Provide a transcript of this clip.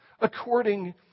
according